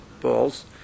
balls